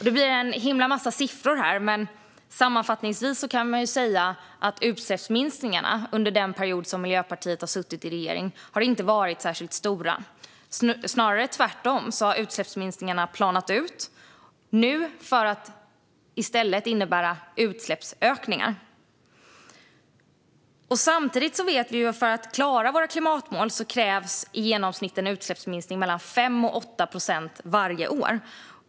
Det blir en himla massa siffror, men sammanfattningsvis kan man säga att utsläppsminskningarna under den period som Miljöpartiet har suttit i regering inte har varit särskilt stora. Tvärtom har utsläppsminskningarna planat ut, och nu ser vi i stället utsläppsökningar. Samtidigt vet vi att det för att vi ska klara våra klimatmål krävs en utsläppsminskning på i genomsnitt mellan 5 och 8 procent varje år.